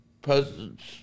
president's